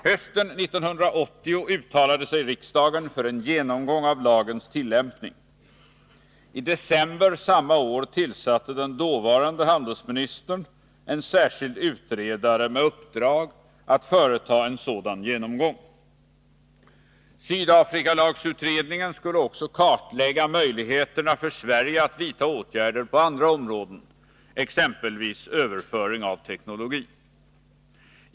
Hösten 1980 uttalade sig riksdagen för en genomgång av lagens tillämpning. I december samma år tillsatte den dåvarande handelsministern en särskild utredare med uppdrag att företa en sådan genomgång. Sydafrikalagsutredningen skulle också kartlägga möjligheterna för Sverige att vidta åtgärder på andra områden, exempelvis överföring av teknologi.